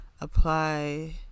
apply